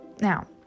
now